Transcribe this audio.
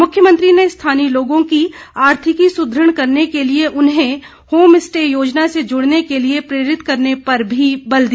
मुख्यमंत्री ने स्थानीय लोगों की आर्थिकी सृदृढ़ करने के लिए उन्हें होम स्टे योजना से जुड़ने के लिए प्रेरित करने पर भी बल दिया